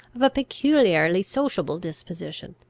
of a peculiarly sociable disposition,